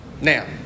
Now